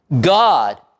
God